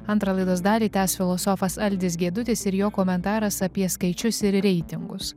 antrą laidos dalį tęs filosofas algis gedutis ir jo komentaras apie skaičius ir reitingus